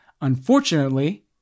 Unfortunately